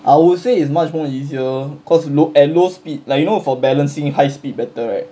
I would say is much more easier cause low at low speed like you know for balancing high speed better right